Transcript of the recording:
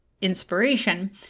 inspiration